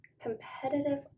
Competitive